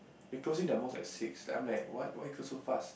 they closing their mall at six I'm like what why you close so fast